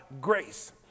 grace